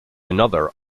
another